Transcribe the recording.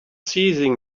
seizing